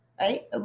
right